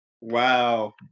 Wow